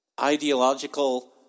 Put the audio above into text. Ideological